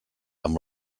amb